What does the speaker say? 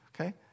Okay